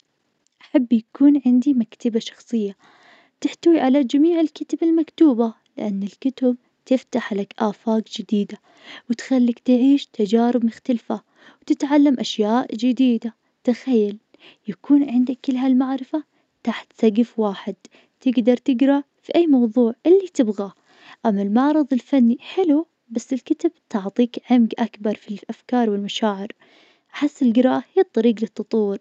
أحب يكون عندي مكتبة شخصية, تحتوي على جميع الكتب المكتوبة, لأن الكتب تفتح لك آفاق جديدة, وتخلك تعيش تجارب مختلفة, تتعلم أشياء جديدة, تخيل يكون عندك كل هالمعرفة تحت سقف واحد, تقدر تقرا في أي موضوع اللي تبغاه, أما المعرض الفني حلو, بس الكتب تعطيك عمق أكبر في الأفكار والمشاعر, أحس القراءة هي الطريق للتطور.